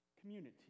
community